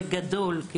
בגדול.